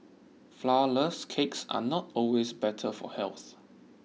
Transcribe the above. Flourless Cakes are not always better for health